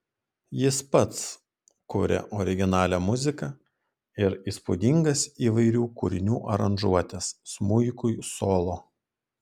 jis pats kuria originalią muziką ir įspūdingas įvairių kūrinių aranžuotes smuikui solo